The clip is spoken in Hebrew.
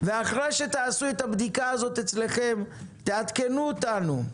ואחרי שתעשו את הבדיקה הזאת אצלכם - תעדכנו אותנו.